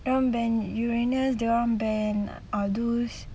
dia orang ban uranus dia orang ban aldous